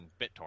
BitTorrent